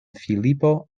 filipo